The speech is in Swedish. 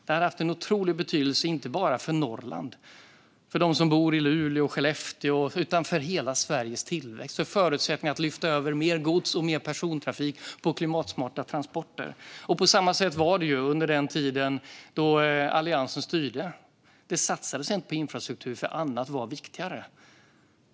Det hade haft en otrolig betydelse inte bara för Norrland och dem som bor i Luleå och Skellefteå utan för hela Sveriges tillväxt och för förutsättningarna att lyfta över mer gods och mer persontrafik på klimatsmarta transporter. På samma sätt var det under den tiden då Alliansen styrde. Det satsades inte på infrastruktur, för annat var viktigare.